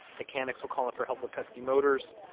mechanics would call in for help with pesky motors,